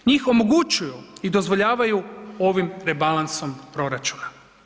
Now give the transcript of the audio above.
Njih omogućuju i dozvoljavaju ovim rebalansom proračuna.